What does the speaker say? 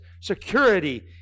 security